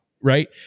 Right